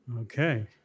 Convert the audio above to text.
Okay